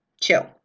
chill